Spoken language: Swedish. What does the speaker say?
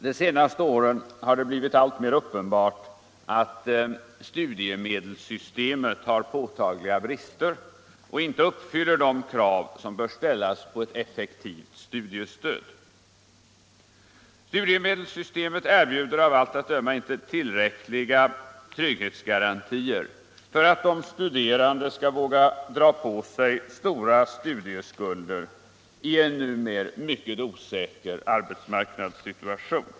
De senaste åren har det blivit alltmer uppenbart att studiemedelssystemet har påtagliga brister och inte uppfyller de krav som bör ställas på ett effektivt studiestöd. Studiemedelssystemet erbjuder av allt att döma inte tillräckliga trygghetsgarantier för att de studerande skall våga dra på sig stora studieskulder i en numera mycket osäker arbetsmarknadssituation.